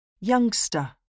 Youngster